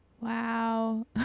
wow